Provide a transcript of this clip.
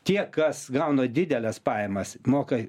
tie kas gauna dideles pajamas moka